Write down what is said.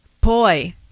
boy